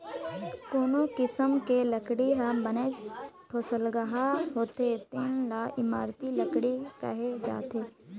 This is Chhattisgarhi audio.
कोनो किसम के लकड़ी ह बनेच ठोसलगहा होथे तेन ल इमारती लकड़ी कहे जाथे